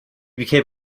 became